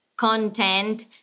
content